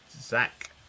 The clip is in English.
Zach